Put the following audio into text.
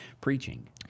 preaching